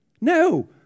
No